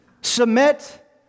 Submit